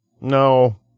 No